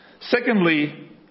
Secondly